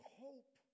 hope